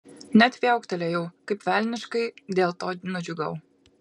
net viauktelėjau kaip velniškai dėl to nudžiugau